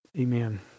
Amen